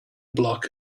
block